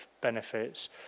benefits